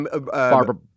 Barbara